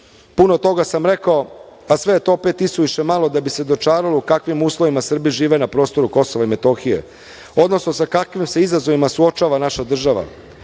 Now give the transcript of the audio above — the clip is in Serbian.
puno toga sam rekao, a sve je to opet isuviše malo da bi se dočaralo u kakvim uslovima Srbi žive na KiM, odnosno sa kakvim se izazovima suočava naša država. Bez